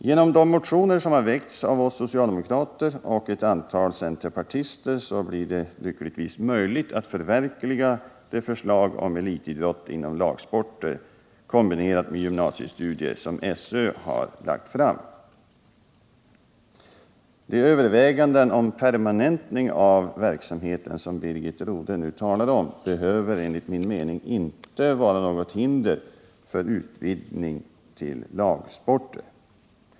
Genom de motioner som har väckts av oss socialdemokrater och ett antal centerpartister blir det lyckligtvis möjligt att förverkliga det förslag om elitidrott inom lagsporter, kombinerad med gymnasiestudier, som SÖ har lagt fram. De överväganden om permanentning av verksamheten som Birgit Rodhe nu talar om behöver enligt min mening inte vara något hinder för utvidgning till lagsporter.